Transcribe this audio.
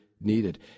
needed